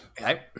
Okay